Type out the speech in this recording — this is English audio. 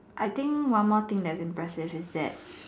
I think one more thing that's impressive is that